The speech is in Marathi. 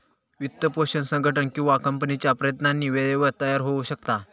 वित्तपोषण संघटन किंवा कंपनीच्या प्रयत्नांनी वेळेवर तयार होऊ शकता